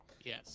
Yes